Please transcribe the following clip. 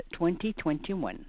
2021